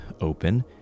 open